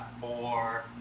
Four